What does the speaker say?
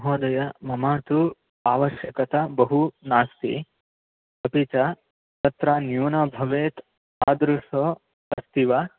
महोदय मम तु आवश्यकता बहु नास्ति अपि च तत्र न्यूनं भवेत् तादृशम् अस्ति वा